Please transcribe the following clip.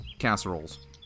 Casseroles